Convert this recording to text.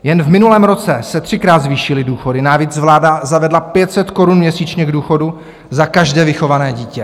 Jen v minulém roce se třikrát zvýšily důchody, navíc vláda zavedla 500 korun měsíčně k důchodu za každé vychované dítě.